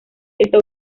está